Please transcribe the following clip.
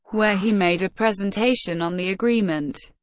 where he made a presentation on the agreement.